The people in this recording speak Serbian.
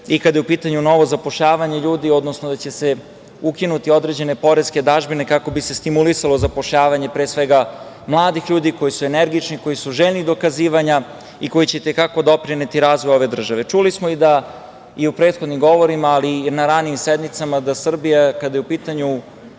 i kada je u pitanju novo zapošljavanje ljudi, odnosno da će se ukinuti određene poreske dažbine kako bi se stimulisalo zapošljavanje, pre svega, mladih ljudi koji su energični, koji su željni dokazivanja i koji će itekako doprineti razvoju ove države. Čuli smo i u prethodnim govorima, ali i na ranijim sednicama, da Srbija kada je u pitanju